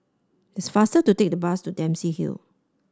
it's faster to take the bus to Dempsey Hill